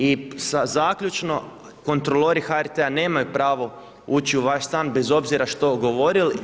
I sa zaključno, kontrolori HRT-a nemaju pravo ući u vaš stan bez obzira što govorili.